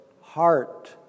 heart